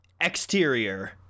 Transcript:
exterior